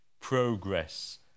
Progress